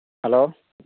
hello